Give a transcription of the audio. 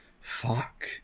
fuck